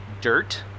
dirt